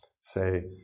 say